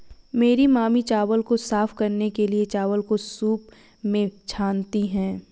मेरी मामी चावल को साफ करने के लिए, चावल को सूंप में छानती हैं